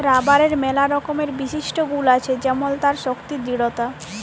রাবারের ম্যালা রকমের বিশিষ্ট গুল আছে যেমল তার শক্তি দৃঢ়তা